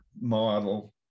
model